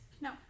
No